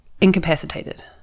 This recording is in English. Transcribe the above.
incapacitated